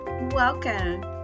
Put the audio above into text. Welcome